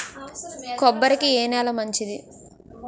కొబ్బరి కి ఏ నేల మంచిది?